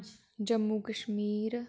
Jammu Kashmir